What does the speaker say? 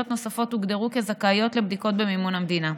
נוספות הוגדרו כזכאיות לבדיקות במימון המדינה.